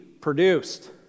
produced